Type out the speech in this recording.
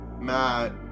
Matt